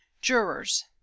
Jurors